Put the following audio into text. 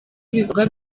ibikorwa